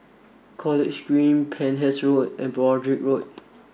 College Green Penhas Road and Broadrick Road